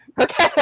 okay